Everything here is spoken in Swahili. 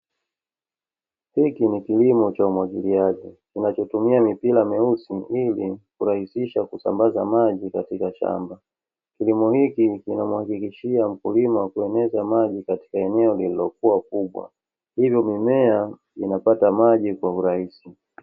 Hiki ni kilimo cha umwagiliaji kinachotumia mipira myeusi ili kurahisisha kusambaza maji katika shamba, kilimo hiki kinamuhakikishia mkulima kueneza maji katika eneo lilio kubwa, hivo mimea inapata maji kwa urahisi.